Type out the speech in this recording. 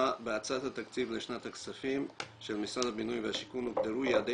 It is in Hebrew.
בהצעת התקציב לשנת הכספים של משרד הבינוי והשיכון הוגדרו יעדי